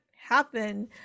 happen